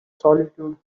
solitude